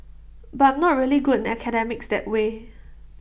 but I'm not really good in academics that way